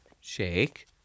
shake